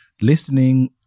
listening